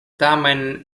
tamen